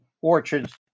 orchards